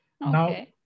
now